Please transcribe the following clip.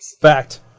Fact